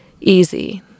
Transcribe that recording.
easy